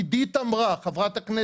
עידית ח"כ אמרה,